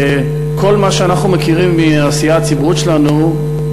כל מה שאנחנו מכירים מהעשייה הציבורית שלנו,